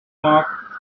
mark